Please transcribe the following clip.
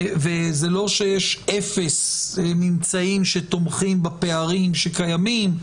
וזה לא שיש אפס ממצאים שתומכים בפערים שקיימים,